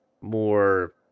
more